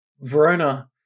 verona